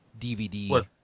DVD